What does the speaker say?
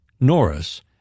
Norris